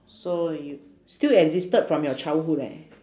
so you still existed from your childhood eh